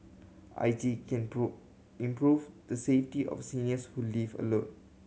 I T can prove improve the safety of seniors who live alone